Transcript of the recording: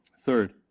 Third